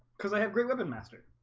because i have great weapon master